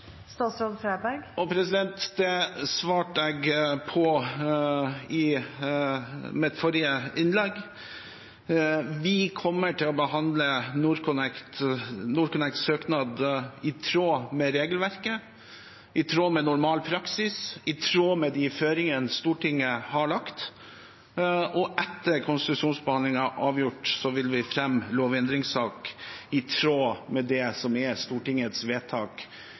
Det svarte jeg på i mitt forrige innlegg. Vi kommer til å behandle NorthConnects søknad i tråd med regelverket, i tråd med normal praksis, i tråd med de føringene Stortinget har lagt. Etter at konsesjonsbehandlingen er avgjort, vil vi fremme lovendringssak i tråd med det som er Stortingets vedtak